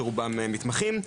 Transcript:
שרובם מתמחים,